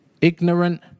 ignorant